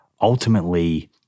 ultimately